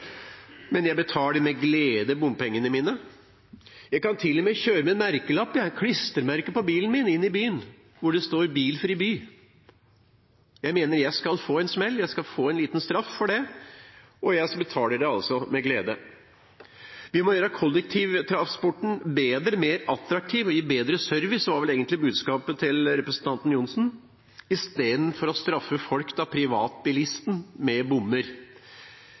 Men jeg betaler med glede bompengene mine. Jeg kan til og med kjøre inne i byen med klistremerke på bilen min hvor det står: Bilfri by. Jeg mener jeg skal få en smell, en liten straff for det – og jeg betaler det altså med glede. Vi må gjøre kollektivtransporten bedre, mer attraktiv og gi bedre service, var vel egentlig budskapet til representanten Johnsen, i stedet for å straffe folk – da privatbilisten – med